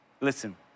Listen